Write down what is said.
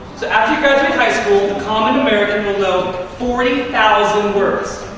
so after you graduate high school, the common american will know forty thousand words.